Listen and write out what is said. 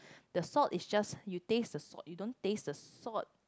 the salt is just you think it's a salt you don't taste the salt